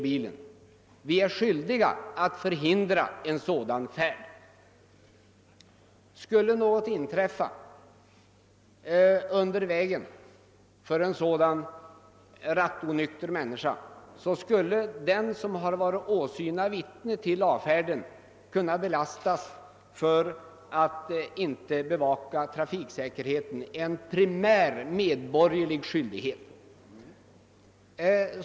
Vi är då skyldiga att förhindra en sådan färd. Skulle något inträffa på vägen kan den som varit åsyna vittne till avfärden belastas för att inte ha bevakat trafiksäkerheten, en primär medborgerlig skyldighet.